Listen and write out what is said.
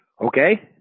Okay